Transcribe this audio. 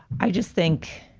i just think.